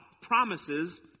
promises